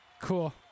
Cool